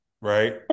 right